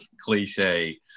cliche